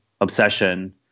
obsession